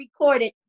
recorded